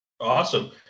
Awesome